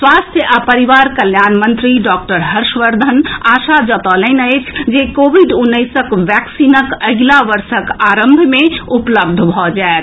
स्वास्थ्य आ परिवार कल्याण मंत्री डॉक्टर हर्षवर्द्वन आशा जनौलनि अछि जे कोविड उन्नैसक वैक्सीन अगिला वर्षक आरंभ मे उपलब्ध भऽ जायत